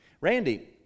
Randy